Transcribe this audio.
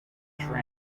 tram